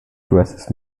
dresses